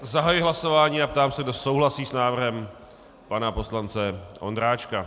Zahajuji hlasování a ptám se, kdo souhlasí s návrhem pana poslance Ondráčka.